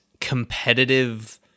competitive